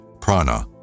prana